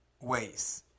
ways